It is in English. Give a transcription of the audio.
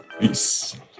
Peace